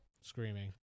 screaming